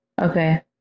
Okay